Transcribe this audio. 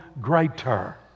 greater